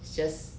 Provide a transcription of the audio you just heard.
it's just